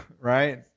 Right